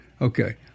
Okay